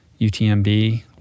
UTMB